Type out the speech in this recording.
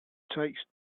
takes